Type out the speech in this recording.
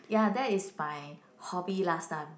ya that is my hobby last time